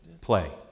play